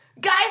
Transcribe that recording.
Guys